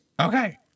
Okay